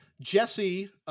Jesse